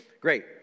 Great